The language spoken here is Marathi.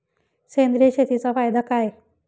सेंद्रिय शेतीचा फायदा काय?